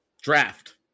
draft